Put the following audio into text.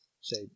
say